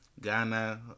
Ghana